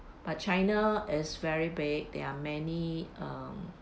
but china is very big there are many um